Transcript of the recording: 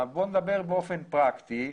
בואו נדבר באופן פרקטי.